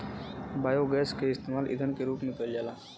biogas के इस्तेमाल ईधन के रूप में कईल जाला